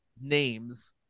names